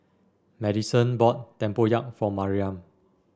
Maddison bought Tempoyak for Mariam